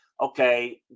Okay